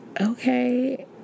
okay